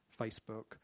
Facebook